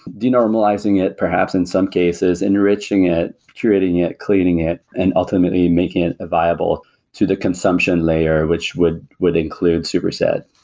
denormalizing it perhaps in some cases, enriching it, curating it, cleaning it and ultimately, making it viable to the consumption layer, which would would include superset